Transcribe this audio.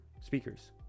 speakers